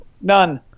none